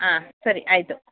ಹಾಂ ಸರಿ ಆಯಿತು